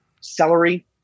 celery